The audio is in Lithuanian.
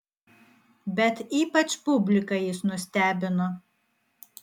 bet ypač publiką jis nustebino